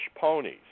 ponies